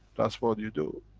that's what you do.